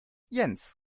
jens